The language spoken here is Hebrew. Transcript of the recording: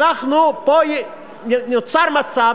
נוצר מצב,